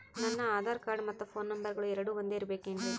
ನನ್ನ ಆಧಾರ್ ಕಾರ್ಡ್ ಮತ್ತ ಪೋನ್ ನಂಬರಗಳು ಎರಡು ಒಂದೆ ಇರಬೇಕಿನ್ರಿ?